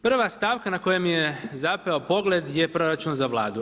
Prva stavka na koju mi je zapeo pogled je proračun za Vladu.